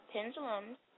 Pendulums